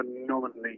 phenomenally